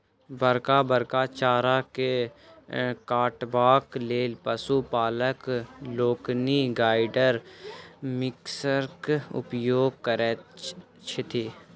बड़का बड़का चारा के काटबाक लेल पशु पालक लोकनि ग्राइंडर मिक्सरक उपयोग करैत छथि